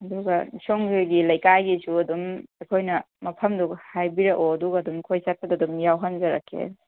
ꯑꯗꯨꯒ ꯁꯣꯝꯗꯨꯒꯤ ꯂꯩꯀꯥꯏꯒꯤꯁꯨ ꯑꯗꯨꯝ ꯑꯩꯈꯣꯏꯅ ꯃꯐꯝꯗꯣ ꯍꯥꯏꯕꯤꯔꯛꯑꯣ ꯑꯗꯨꯒ ꯑꯗꯨꯝ ꯑꯩꯈꯣꯏ ꯆꯠꯄꯗ ꯑꯗꯨꯝ ꯌꯥꯎꯍꯟꯖꯔꯛꯀꯦ